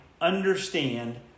understand